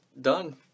done